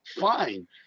Fine